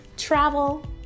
travel